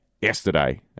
Yesterday